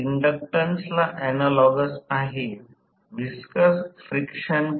तर आणि हे सर्किट बंद आहे म्हणाआणि हे विद्युत प्रवाह I1 आहे व्होल्टेज v आहे